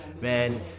Man